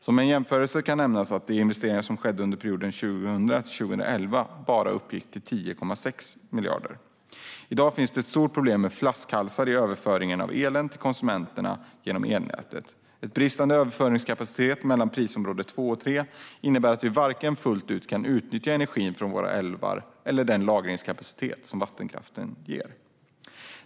Som en jämförelse kan nämnas att de investeringar som gjordes under perioden 2000-2011 bara uppgick till 10,6 miljarder kronor. I dag finns ett stort problem med flaskhalsar i överföringen av elen till konsumenterna genom elnäten. En bristande överföringskapacitet mellan prisområdena 2 och 3 innebär att vi inte fullt ut kan utnyttja energin från våra älvar eller den lagringskapacitet som vattenkraften ger.